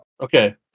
okay